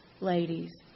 ladies